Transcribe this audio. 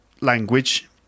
language